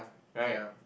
right